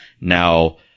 Now